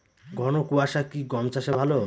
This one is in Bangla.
ঘন কোয়াশা কি গম চাষে ভালো?